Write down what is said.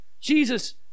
Jesus